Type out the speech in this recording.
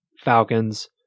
Falcons